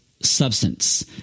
substance